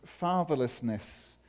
fatherlessness